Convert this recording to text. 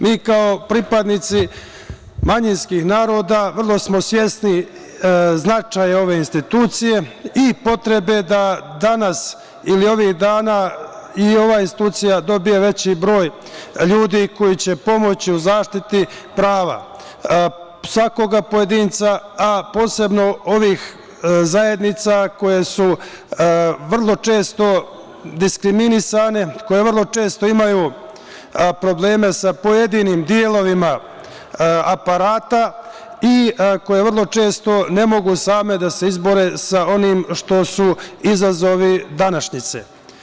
Mi kao pripadnici manjinskih naroda vrlo smo svesni značaja ove institucije i potrebe da danas ili ovih dana i ova institucija dobije veći broj ljudi koji će pomoći u zaštiti prava svakoga pojedinca, a posebno ovih zajednica koje su vrlo često diskriminisane, koje vrlo često imaju probleme sa pojedinim delovima aparata i koji vrlo često ne mogu same da se izbore sa onim što su izazove današnjice.